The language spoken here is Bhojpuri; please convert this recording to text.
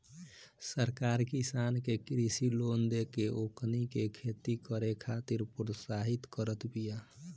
सरकार किसान के कृषि लोन देके ओकनी के खेती करे खातिर प्रोत्साहित करत बिया